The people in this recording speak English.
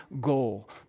goal